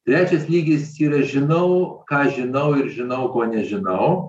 trečias lygis yra žinau ką žinau ir žinau ko nežinau